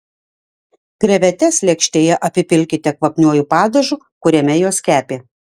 krevetes lėkštėje apipilkite kvapniuoju padažu kuriame jos kepė